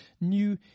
new